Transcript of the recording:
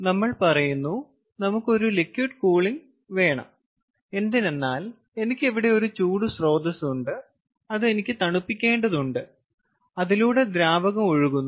നമ്മൾ പറയുന്നു നമുക്ക് ഒരു ലിക്വിഡ് കൂളിംഗ് വേണം എന്തിനെന്നാൽ എനിക്ക് ഇവിടെ ഒരു ചൂട് സ്രോതസ്സുണ്ട് അത് എനിക്ക് തണുപ്പിക്കേണ്ടതുണ്ട് അതിലൂടെ ദ്രാവകം ഒഴുകുന്നു